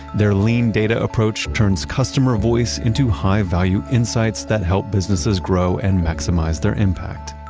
their lean data approach turns customer voice into high value insights that help businesses grow and maximize their impact.